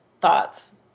thoughts